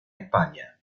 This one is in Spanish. españa